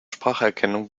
spracherkennung